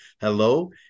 hello